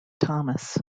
thomas